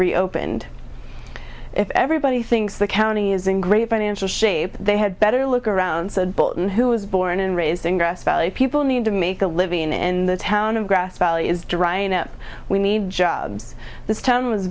reopened if everybody thinks the county is in great financial shape they had better look around said bolton who was born and raised in grass valley people need to make a living in the town of grass valley is drying up we need jobs this t